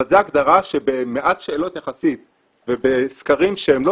אבל זו הגדרה שבמעט שאלות יחסית ובסקרים שהם לא